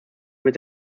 mit